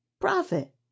Profit